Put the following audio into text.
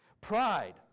Pride